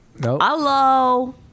Hello